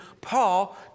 Paul